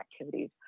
activities